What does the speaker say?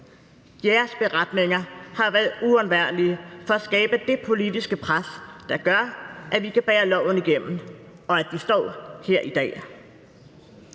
Jeres beretninger har været uundværlige for at skabe det politiske pres, der gør, at vi kan bære loven igennem, og at vi står her i dag.